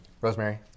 Rosemary